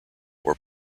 were